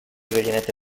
gallineta